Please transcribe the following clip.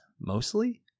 mostly